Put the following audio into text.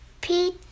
Pete